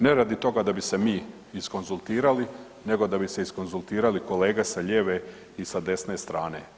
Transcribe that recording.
Ne radi toga da bi se mi izkonzultirali, nego da bi se izkonzultirali kolege sa lijeve i sa desne strane.